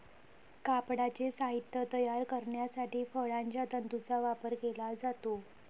कापडाचे साहित्य तयार करण्यासाठी फळांच्या तंतूंचा वापर केला जातो